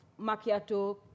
macchiato